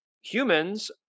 humans